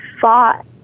fought